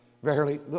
Verily